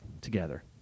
together